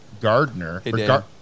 Gardner